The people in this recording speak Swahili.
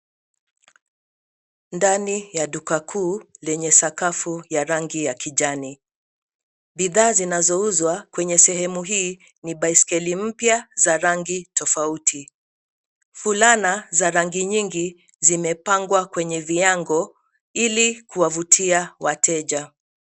Ndani ya duka kuu, lenye sakafu ya rangi ya kijani. Bidhaa zinazouzwa kwenye sehemu hii, ni baiskeli mpya za rangi tofauti. Fulana za rangi nyingi zimepangwa kwenye viango, ili kuwavutia wateja.